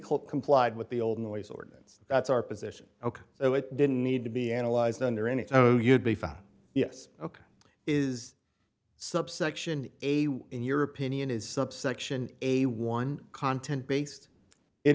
call complied with the old noise ordinance that's our position ok so it didn't need to be analyzed under any oh you'd be fine yes ok is subsection in your opinion is subsection a one content based it